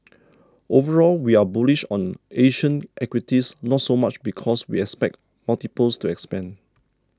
overall we are bullish on Asian equities not so much because we expect multiples to expand